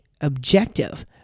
objective